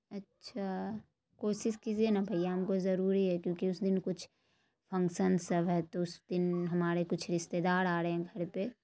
اچھا کوشش کیجیے نا بھیا ہم کو ضروری ہے کیوںکہ اس دن کچھ فنکسن سب ہے تو اس دن ہمارے کچھ رشتےدار آ رہے ہیں گھر پہ